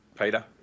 Peter